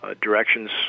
directions